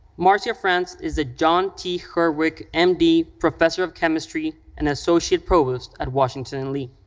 marcia france is a john t. herwick, m d. professor of chemistry and associate provost at washington and lee.